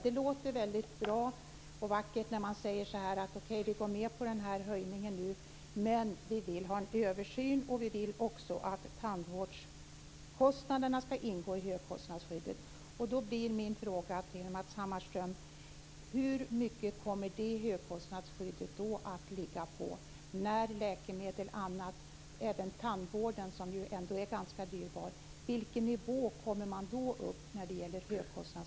Det låter bra och vackert att säga att man går med på höjningen nu men att det skall ske en översyn och att tandvårdskostnaderna skall ingå i högkostnadsskyddet. Hur mycket kommer det högkostnadsskyddet att ligga på, Matz Hammarström - tandvården är ju ganska dyrbar?